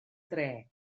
dre